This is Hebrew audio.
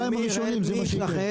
ומי ישחט?